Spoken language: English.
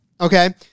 okay